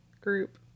group